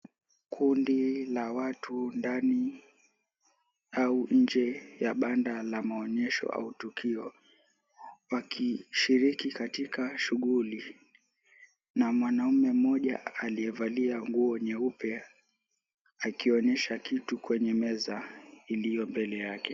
Kundi la watu ndani, au nje ya banda la maonyesho au tukio, wakishiriki katika shughuli, na mwanaume mmoja alievalia nguo nyeupe akionyesha kitu kwenye meza iliyo mbele yake.